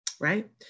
right